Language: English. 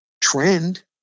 Trend